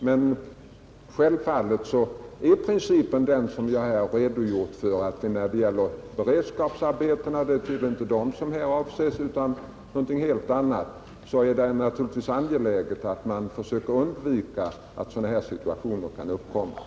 Men principen är självfallet den jag här redogjort för när det gäller vanliga beredskapsarbeten — det är dock tydligen inte sådana som här avses utan något helt annat — och det är naturligtvis angeläget att man försöker undvika att sådana här situationer uppkommer.